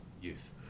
youth